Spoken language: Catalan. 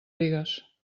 rigues